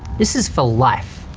this is for life.